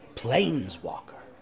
planeswalker